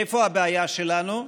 איפה הבעיה שלנו?